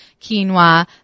quinoa